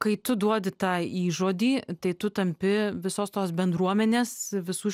kai tu duodi tą įžodį tai tu tampi visos tos bendruomenės visų